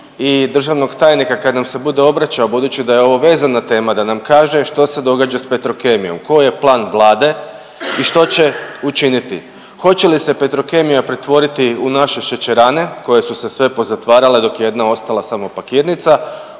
i državnog tajnika kad nam se bude obraćao budući da je ovo vezana tema da nam kaže što se događa sa Petrokemijom. Koji je plan Vlade i što će učiniti. Hoće li se Petrokemija pretvoriti u naše šećerane koje su se sve pozatvarale dok je jedna ostala samo pakirnica?